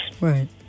Right